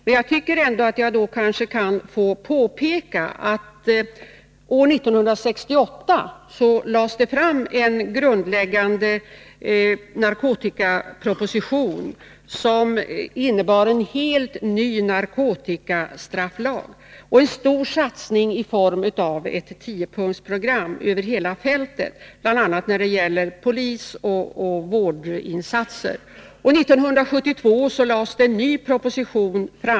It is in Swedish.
Men jag kanske ändå får påpeka att det år 1968 lades fram en grundläggande narkotikaproposition som innebar en helt ny narkotikastrafflag och en stor satsning i form av ett tiopunktsprogram över hela fältet, bl.a. i fråga om polisoch vårdinsatser. 1972 lades det fram en ny proposition.